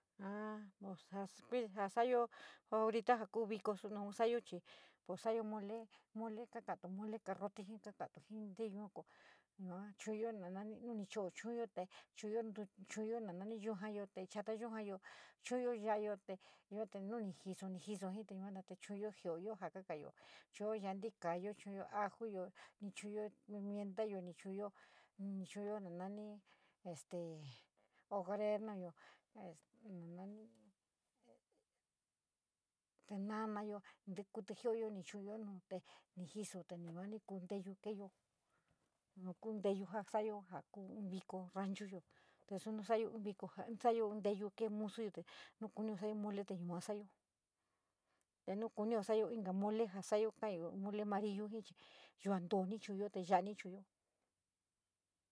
Ja, ja, ja, santiuntu refrigerador yuachi chou´untuyo nanani nteyuyo, staiyo nounti te ahuyou jii yua namou tuo tivi taka cosayo yuate, yuate, yuate kototeyo.